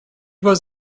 was